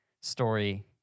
story